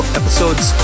episodes